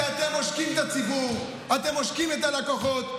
כי אתם עושקים את הציבור, אתם עושקים את הלקוחות.